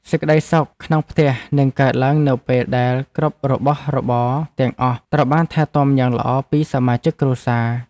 សេចក្ដីសុខក្នុងផ្ទះនឹងកើនឡើងនៅពេលដែលគ្រប់របស់របរទាំងអស់ត្រូវបានថែទាំយ៉ាងល្អពីសមាជិកគ្រួសារ។